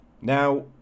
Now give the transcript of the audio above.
Now